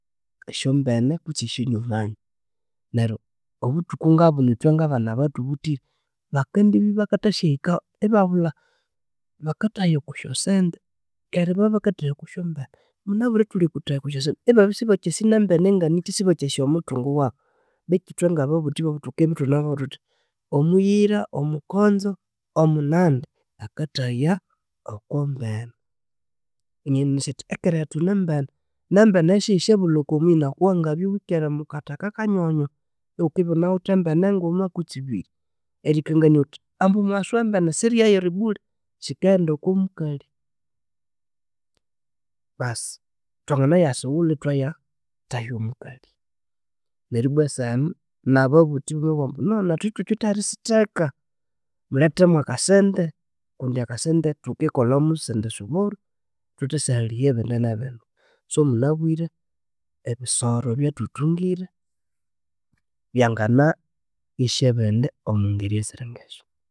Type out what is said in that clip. Esyombene kutsi esyonyumami neryo obuthuku ngabuno ngabana abathubuthire bakendibya bakathasyahika ibabulha bakathahaya okwa syasente kera babya bakathahaya oko syombene, munabire thulikuthahya oko syosente. Ibabya sibakyasi nembene nganikyi sibakyasi omuthungu wabu. Bethu ithwe ngababuthi babo thikibya ithunimu babwira thuthi omuyira omukonzo omunande akathahaya okumbene. Ina nanasi athi ekereyethu nimbene, nembene yo siyisyabulha okomuyi nokuwangabya wikere mukathaka kanyohonyoho, iwukibya iwunawithe embene nguma kutsi ibiri erikangania wuthi ambu omuwasu owe mbene siyayerebule kyikaghenda oko mukalhi. Basi thwanganayasiwulha ithwaya thahya omukalhi nerwibwa seheno nababuthi biwe no nethu sithukyiwithe aherisitheka mulhethe mwakasente kundi akasente thukikolha musindi suburu thuthasyahaliya ebindi nebindi. So munabwire ebisoro ebyathuthungire byangana esya ebindi omwangeri esiringesyo